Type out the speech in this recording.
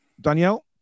Danielle